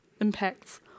impacts